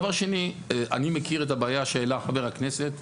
דבר שני, אני מכיר את הבעיה שהעלה חבר הכנסת